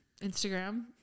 Instagram